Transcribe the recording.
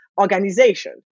organization